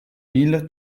mille